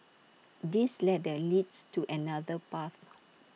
this ladder leads to another path